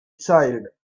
child